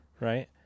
Right